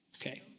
Okay